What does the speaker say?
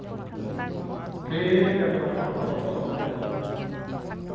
ᱴᱷᱤᱠ ᱜᱮᱭᱟ ᱛᱚᱵᱮ ᱢᱟ ᱚᱠᱟ ᱦᱤᱞᱳᱜ ᱮᱢ ᱚᱯᱥᱚᱨᱚᱜ ᱠᱟᱱᱟ ᱦᱤᱡᱩᱜ ᱢᱮ